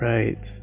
Right